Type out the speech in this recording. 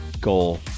goal